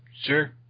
sure